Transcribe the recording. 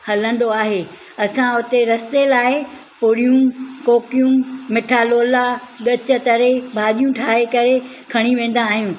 हलंदो आहे असां हुते रस्ते लाइ पुड़ियूं कोकियूं मिठा लोला ॻचु तरे भाॼियूं ठाहे करे खणी वेंदा आहियूं